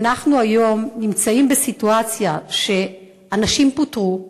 אנחנו נמצאים היום בסיטואציה שאנשים פוטרו,